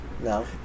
No